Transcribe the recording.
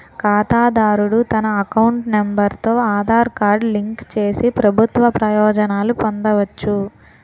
ఖాతాదారుడు తన account number తో ఆధార్ కార్డు లింక్ చేసి ప్రభుత్వ ప్రయోజనాలు పొందవచ్చు